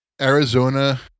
Arizona